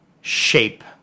shape